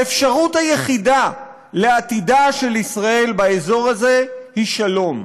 האפשרות היחידה לעתידה של ישראל באזור הזה היא שלום.